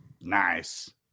Nice